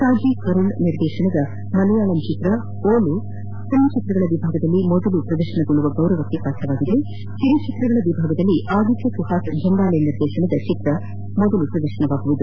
ಸಾಜಿ ಕರುಣ್ ನಿರ್ದೇಶನದ ಮಲೆಯಾಳಂ ಚಿತ್ರ ಓಲು ಚಲನಚಿತ್ರಗಳ ವಿಭಾಗದಲ್ಲಿ ಮೊದಲು ಪ್ರದರ್ಶನಗೊಳ್ಳುವ ಗೌರವಕ್ಕೆ ಪಾತ್ರವಾಗಿದ್ದರೆ ಕಿರು ಚಿತ್ರಗಳ ವಿಭಾಗದಲ್ಲಿ ಆದಿತ್ದ ಸುಹಾಸ್ ಜಂಬಾಲೆ ನಿರ್ದೇಶನದ ಚಿತ್ರ ಮೊದಲು ಪ್ರದರ್ಶನಗೊಳ್ಲುವುದು